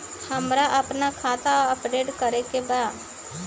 हमरा आपन खाता अपडेट करे के बा